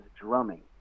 drumming